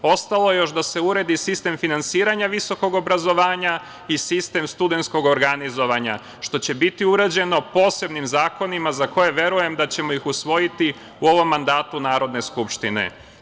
Ostalo je još da se uredi sistem finansiranja visokog obrazovanja i sistem studentskog organizovanja, što će biti uređeno posebnim zakonima za koje verujem da ćemo ih usvojiti u ovom mandatu Narodne skupštine.